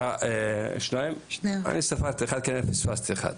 כנראה פספסתי אחד.